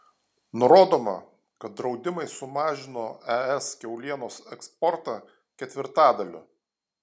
nurodoma kad draudimai sumažino es kiaulienos eksportą ketvirtadaliu